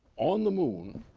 on the moon,